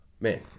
Man